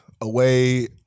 away –